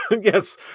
yes